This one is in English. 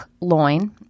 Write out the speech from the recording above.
loin